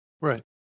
Right